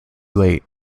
late